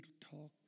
talk